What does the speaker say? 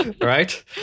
Right